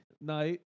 night